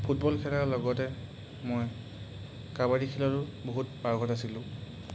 football খেলাৰ লগতে মই কাবাডী খেলটো বহুত পাৰ্গত আছিলোঁ